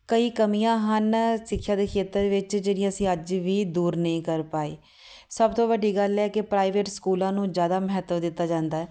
ਕਈ ਕਮੀਆਂ ਹਨ ਸਿੱਖਿਆ ਦੇ ਖੇਤਰ ਵਿੱਚ ਜਿਹੜੀਆਂ ਅਸੀਂ ਅੱਜ ਵੀ ਦੂਰ ਨਹੀਂ ਕਰ ਪਾਏ ਸਭ ਤੋਂ ਵੱਡੀ ਗੱਲ ਹੈ ਕਿ ਪ੍ਰਾਈਵੇਟ ਸਕੂਲਾਂ ਨੂੰ ਜ਼ਿਆਦਾ ਮਹੱਤਵ ਦਿੱਤਾ ਜਾਂਦਾ ਹੈ